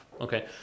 okay